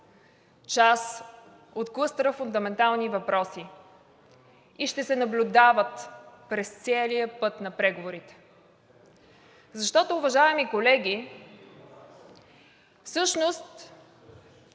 част от клъстера фундаментални въпроси и ще се наблюдават през целия път на преговорите. Защото, уважаеми колеги, всъщност